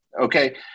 Okay